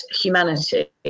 humanity